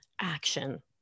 action